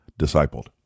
discipled